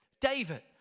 David